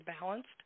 balanced